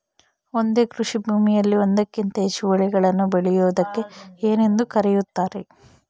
ಒಂದೇ ಕೃಷಿಭೂಮಿಯಲ್ಲಿ ಒಂದಕ್ಕಿಂತ ಹೆಚ್ಚು ಬೆಳೆಗಳನ್ನು ಬೆಳೆಯುವುದಕ್ಕೆ ಏನೆಂದು ಕರೆಯುತ್ತಾರೆ?